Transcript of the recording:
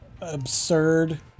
absurd